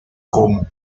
como